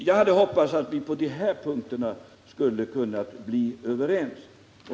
Jag hade hoppats att vi på de här punkterna skulle kunna bli överens.